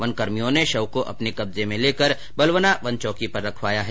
one कर्मियों ने शव को अपने कब्जे में लेकर बलवना वन चौकी पर रखवाया है